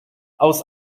aus